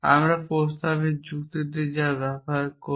আমরা প্রস্তাবিত যুক্তিতে যা ব্যবহার করি